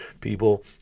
people